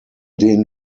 den